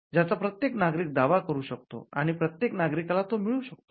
ज्याचा प्रत्येक नागरिक दावा करु शकतो आणि प्रत्येक नागरिकाला तो मिळू शकतो